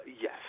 Yes